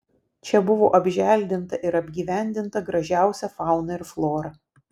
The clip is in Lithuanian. čia buvo apželdinta ir apgyvendinta gražiausia fauna ir flora